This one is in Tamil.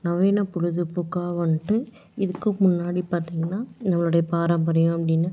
நவீன பொழுதுபோக்கா வந்துட்டு இதுக்கு முன்னாடி பார்த்திங்கன்னா நம்மளுடைய பாரம்பரியம் அப்படினா